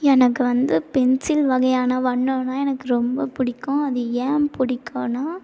எனக்கு வந்து பென்சில் வகையான வண்ணம்னால் எனக்கு ரொம்ப பிடிக்கும் அது ஏன் பிடிக்கும்னா